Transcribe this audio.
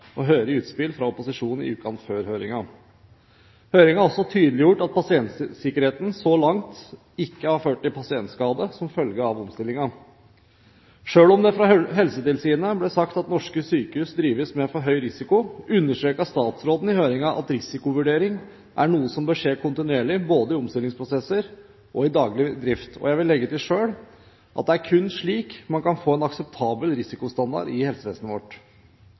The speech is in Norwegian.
høre i utspill fra opposisjonen i ukene før høringen. Høringen har også tydeliggjort at pasientsikkerheten så langt ikke har ført til pasientskade som følge av omstillingen. Selv om det fra Helsetilsynet ble sagt at norske sykehus drives med for høy risiko, understreket statsråden i høringen at risikovurdering er noe som bør skje kontinuerlig, både i omstillingsprosesser og i daglig drift. Selv vil jeg legge til at det kun er slik man kan få en akseptabel risikostandard i helsevesenet vårt.